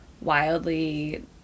wildly